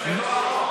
אבל זה לא החוק.